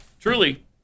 Truly